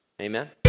Amen